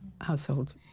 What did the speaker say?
household